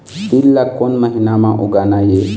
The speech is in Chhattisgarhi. तील ला कोन महीना म उगाना ये?